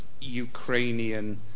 Ukrainian